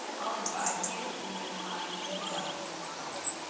i'll advise you when your time is about to expire.